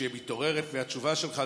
המתעוררת מהתשובה שלך,